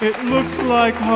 it looks like